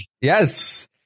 Yes